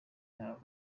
yabo